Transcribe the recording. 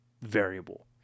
Variable